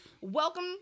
welcome